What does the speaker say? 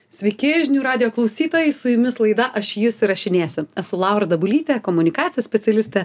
sveiki žinių radijo klausytojai su jumis laida aš jus įrašinėsiu esu laura dabulytė komunikacijos specialistė